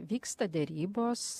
vyksta derybos